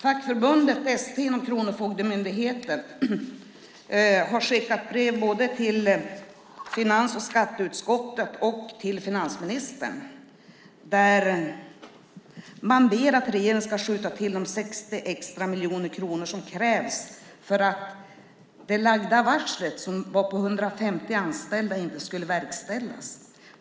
Fackförbundet ST inom Kronofogdemyndigheten har skickat brev till finans och skatteutskottet och till finansministern där man ber att regeringen ska skjuta till de 60 extra miljoner kronor som krävs för att det lagda varslet, som var på 150 anställda, inte ska verkställas.